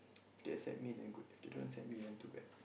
if they accept me then good if they don't accept me then too bad